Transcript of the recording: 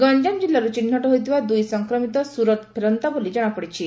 ଗଞ୍ଞାମ ଜିଲ୍ଲାରୁ ଚିହ୍ବଟ ହୋଇଥିବା ଦୁଇ ସଂକ୍ରମିତ ସୁରଟ ଫେରନ୍ତା ବୋଲି ଜଶାପଡିଛି